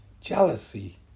jealousy